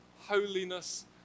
holiness